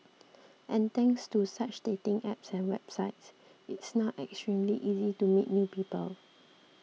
and thanks to such dating apps and websites it's now extremely easy to meet new people